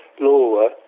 lower